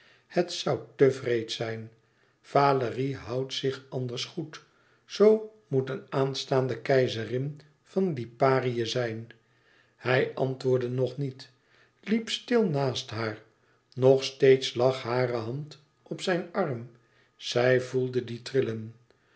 het zoû te wreed zijn valérie houdt zich anders goed zoo moet een aanstaande keizerin van liparië zijn hij antwoordde nog niet liep stil naast haar nog steeds lag hare hand op zijn arm zij voelde dien trillen